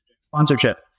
sponsorship